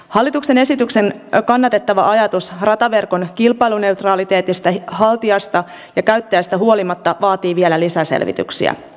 hallituksen esityksen kannatettava ajatus rataverkon kilpailuneutraliteetista haltijasta ja käyttäjästä huolimatta vaatii vielä lisäselvityksiä